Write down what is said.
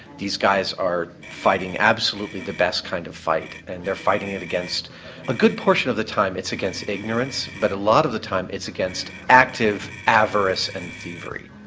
these guys are fighting absolutely the best kind of fight and they are fighting it against a good portion of the time it's against ignorance but a lot of the time it's against active avarice and thievery.